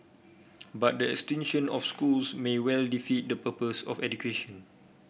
but the extinction of schools may well defeat the purpose of education